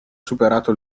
superato